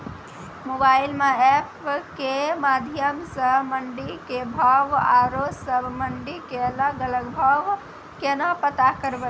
Mobile म app के माध्यम सऽ मंडी के भाव औरो सब मंडी के अलग अलग भाव केना पता करबै?